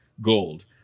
gold